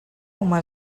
uma